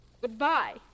Goodbye